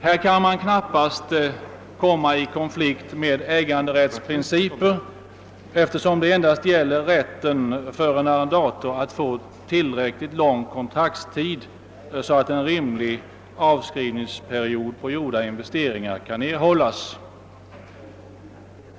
I sådana fall kan man inte komma i konflikt med äganderättsprinciper, eftersom den endast gäller rätten för en arrendator att få tillräckligt lång kontraktstid så att en rimlig avskrivningsperiod på gjorda investeringar kan erhållas.